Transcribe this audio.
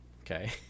okay